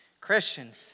Christians